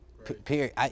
Period